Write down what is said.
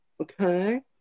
okay